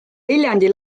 viljandi